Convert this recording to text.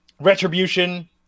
Retribution